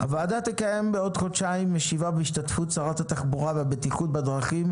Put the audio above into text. "הוועדה תקיים בעוד חודשיים ישיבה בהשתתפות שרת התחבורה והבטיחות בדרכים